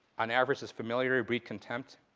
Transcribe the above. on average, does familiarity breed contempt?